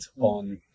on